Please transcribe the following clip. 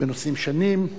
בנושאים שונים.